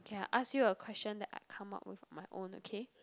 okay I ask you a question that I come up with my own okay